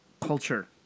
culture